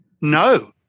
No